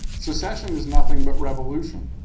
secession is nothing but revolution.